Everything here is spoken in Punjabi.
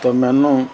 ਅਤੇ ਮੈਨੂੰ